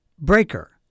Breaker